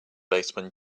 baseman